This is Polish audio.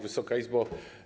Wysoka Izbo!